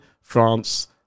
France